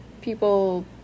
people